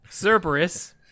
Cerberus